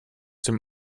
dem